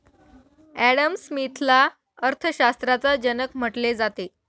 Adam स्मिथला अर्थशास्त्राचा जनक म्हटले जाते